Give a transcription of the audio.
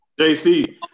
JC